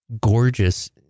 gorgeous